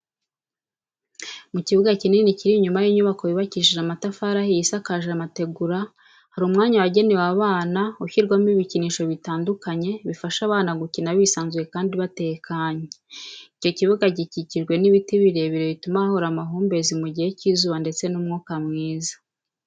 Mu kibuga kinini kiri inyuma y'inyubako yubakishije amatafari ahiye isakaje amategura, hari umwanya wagenewe abana ushyirwamo ibikinisho bitandukanye bifasha abana gukina bisanzuye kandi batekanye, icyo kibuga gikikijwe n'ibiti birebire bituma hahora amahumbezi mu gihe cy'izuba ndetse n'umwuka mwiza.